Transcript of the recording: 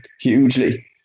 hugely